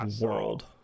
world